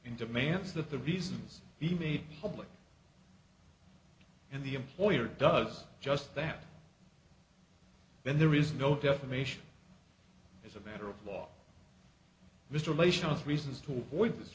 in demands that the reasons he made public and the employer does just that then there is no defamation as a matter of law mr relations reasons to avoid this